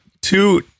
two